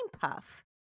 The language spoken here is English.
Puff